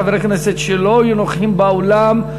חברי כנסת שלא יהיו נוכחים באולם,